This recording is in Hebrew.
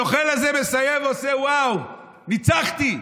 הנוכל הזה מסיים ועושה: וואו, ניצחתי.